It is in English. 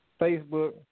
Facebook